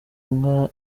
nka